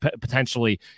potentially